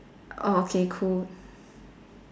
orh okay cool